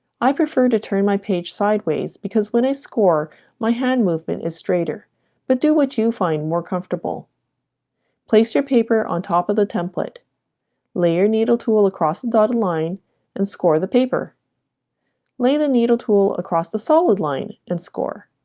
i prefer to turn my page sideways because when i score my hand movement is straighter but do what you find more comfortable place your paper on top of the template lay your needle tool across the dotted line and score the paper lay the needle tool across the solid line and score